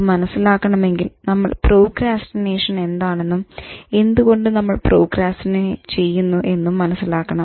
ഇത് മനസ്സിലാക്കണമെങ്കിൽ നമ്മൾ പ്രോക്രാസ്റ്റിനേഷൻ എന്താണെന്നും എന്തുകൊണ്ട് നമ്മൾ പ്രോക്രാസ്റ്റിനേറ്റ് ചെയ്യുന്നു എന്നും മനസ്സിലാക്കണം